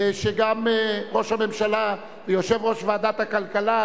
שגם ראש הממשלה ויושב-ראש ועדת הכלכלה,